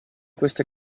queste